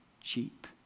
cheap